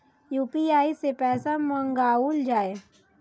UPI सै पैसा मंगाउल जाय?